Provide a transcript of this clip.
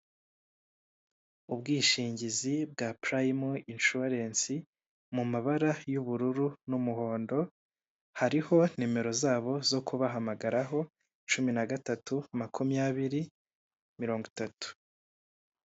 Ubwishingizi bwa Prime Insurance, mu mabara y'umururu n'umuhondo, hariho nimero zabo zo kubahamagaraho, cumi na gatatu, makumyabiri, mirongo itatu.